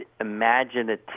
imaginative